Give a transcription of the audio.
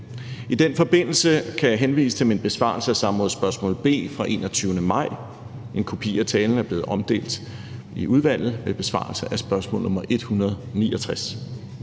I den forbindelse kan jeg henvise til min besvarelse af samrådsspørgsmål B fra den 21. maj – en kopi af talen er blevet omdelt i udvalget i forbindelse med besvarelse af spørgsmål nr. 169.